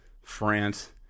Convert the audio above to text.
France